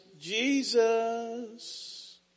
Jesus